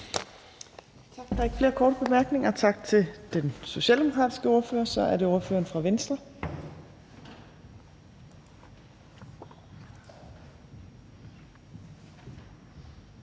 Tak. Der er ikke flere korte bemærkninger. Tak til den socialdemokratiske ordfører. Så er det ordføreren for Venstre,